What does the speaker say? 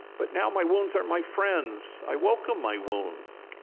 but now my wounds are my friends. i welcome my wounds.